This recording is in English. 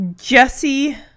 Jesse